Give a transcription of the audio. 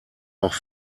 auch